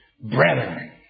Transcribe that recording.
brethren